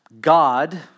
God